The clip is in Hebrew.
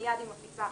מיד היא מפיצה